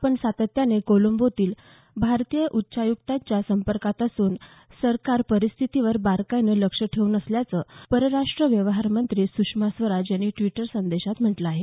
आपण सातत्यानं कोलंबोतील भारतीय उच्चायुक्तांच्या संपर्कात असून सरकार परिस्थितीवर बारकाईनं लक्ष ठेवून असल्याचं परराष्ट्र व्यवहार मंत्री सुषमा स्वराज यांनी द्विटर संदेशात म्हटलं आहे